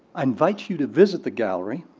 invite you to visit the gallery